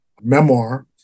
memoir